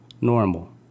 Normal